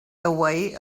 away